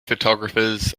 photographers